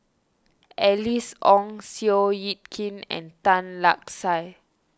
Alice Ong Seow Yit Kin and Tan Lark Sye